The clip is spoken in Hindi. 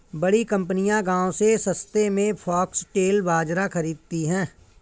बड़ी कंपनियां गांव से सस्ते में फॉक्सटेल बाजरा खरीदती हैं